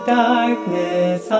darkness